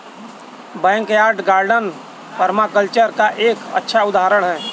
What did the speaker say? backyard garden permaculture का एक अच्छा उदाहरण हैं